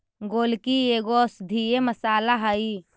गोलकी एगो औषधीय मसाला हई